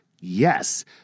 yes